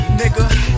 nigga